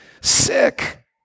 sick